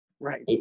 right